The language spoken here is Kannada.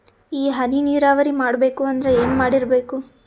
ಈ ಹನಿ ನೀರಾವರಿ ಮಾಡಬೇಕು ಅಂದ್ರ ಏನ್ ಮಾಡಿರಬೇಕು?